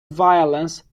violence